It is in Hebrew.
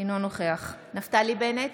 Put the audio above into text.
אינו נוכח נפתלי בנט,